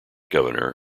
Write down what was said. governor